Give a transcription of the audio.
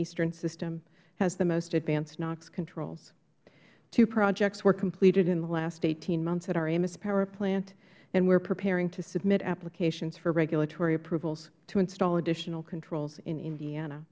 eastern system has the most advanced nox controls two projects were completed in the last hmonths at our amos power plant and we are preparing to submit applications for regulatory approvals to install additional controls in indiana